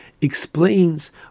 explains